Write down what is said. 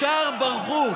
והשאר ברחו.